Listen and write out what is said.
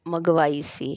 ਮੰਗਵਾਈ ਸੀ